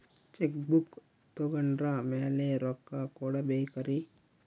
Check book ತೊಗೊಂಡ್ರ ಮ್ಯಾಲೆ ರೊಕ್ಕ ಕೊಡಬೇಕರಿ?